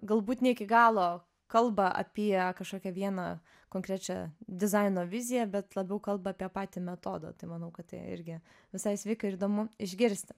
galbūt ne iki galo kalba apie kažkokią vieną konkrečią dizaino viziją bet labiau kalba apie patį metodą tai manau kad tai irgi visai sveika ir įdomu išgirsti